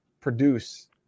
produce